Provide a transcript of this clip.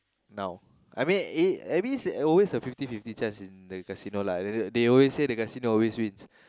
now I mean I mean is always a fifty fifty chance in the casino lah they always say the casino always wins